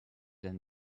than